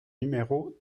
numéro